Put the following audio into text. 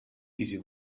diese